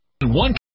one